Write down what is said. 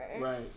Right